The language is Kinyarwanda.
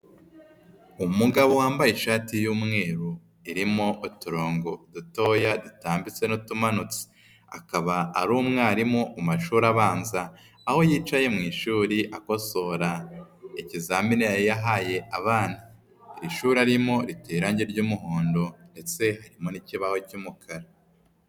Umugabo wambaye ishati y'umweru irimo uturongo dutoya dutambitse n'utumanutse, akaba ari umwarimu mu mashuri abanza aho yicaye mu ishuri akosora ikizamini yari yahaye abana, ishuri arimo riteye irangi ry'umuhondo ndetse n'ikibaho cy'umukara.